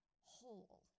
whole